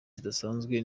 zidasanzwe